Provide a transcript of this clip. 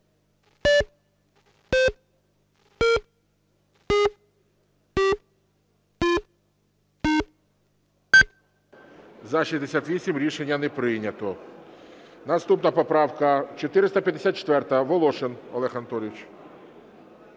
За-68 Рішення не прийнято. Наступна поправка 454. Волошин Олег Анатолійович.